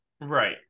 Right